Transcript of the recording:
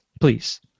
Please